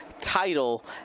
title